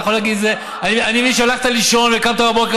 אני מבין שהלכת לישון וקמת בבוקר,